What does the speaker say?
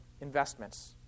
investments